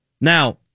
Now